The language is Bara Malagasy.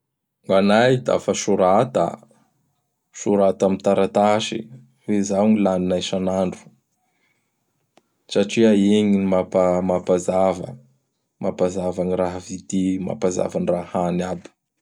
Gn' anay da fa sorata! Sorata am taratasy hoe izao gny laninay isan'andro satria igny gny mampazava. Mampazava gny raha vidi, mampazava gny raha hany aby.